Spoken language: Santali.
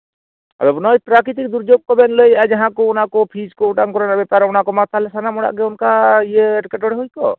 ᱟᱫᱚ ᱱᱚᱜᱼᱚᱭ ᱯᱨᱟᱠᱨᱤᱛᱤᱠ ᱫᱩᱨᱡᱳᱜᱽ ᱠᱚᱵᱮᱱ ᱞᱟᱹᱭᱮᱫᱼᱟ ᱡᱟᱦᱟᱸ ᱠᱚ ᱚᱱᱟ ᱠᱚ ᱯᱷᱤᱭᱩᱡᱽ ᱠᱚ ᱚᱴᱟᱝ ᱠᱚᱨᱮᱱᱟᱜ ᱵᱚᱯᱟᱨ ᱚᱱᱟ ᱠᱚᱢᱟ ᱛᱟᱦᱞᱮ ᱥᱟᱱᱟᱢ ᱦᱚᱲᱟᱜ ᱜᱮ ᱚᱱᱠᱟ ᱤᱭᱟᱹ ᱮᱴᱠᱮᱴᱚᱬᱮ ᱦᱩᱭ ᱠᱚᱜ